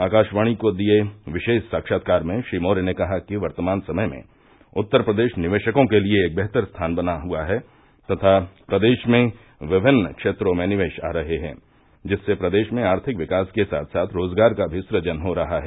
आकाशवाणी को दिये विशेष साक्षात्कार में श्री मौर्य ने कहा कि वर्तमान समय में उत्तर प्रदेश निवेशकों के लिये एक बेहतर स्थान बना है तथा प्रदेश में विमिन्न क्षेत्रों में निवेश आ रहे हैं जिससे प्रदेश में आर्थिक विकास के साथ साथ रोजगार का भी सुजन हो रहा है